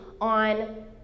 on